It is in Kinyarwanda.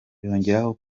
yongeraho